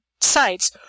sites